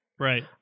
Right